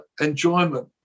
enjoyment